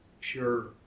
pure